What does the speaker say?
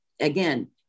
again